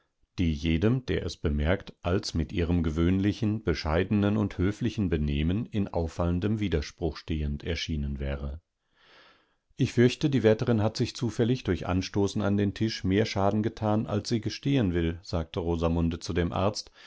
die jedem der es bemerkt als mit ihrem gewöhnlichen bescheidenen und höflichen benehmen in auffallendem widerspruch stehenderschienenwäre ich fürchte die wärterin hat sich zufällig durch anstoßen an den tisch mehr schaden getan als sie gestehen will sagte rosamunde zu dem arzt